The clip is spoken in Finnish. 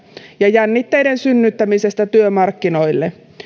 ja jännitteiden synnyttämisestä työmarkkinoille